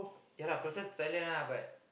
ya lah closer to Thailand lah but